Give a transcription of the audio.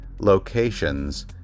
locations